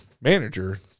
manager